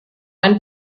einen